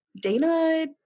Dana